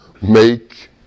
make